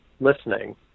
listening